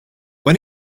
when